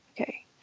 Okay